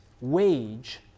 wage